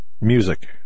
music